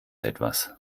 etwas